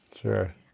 Sure